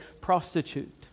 prostitute